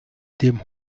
dem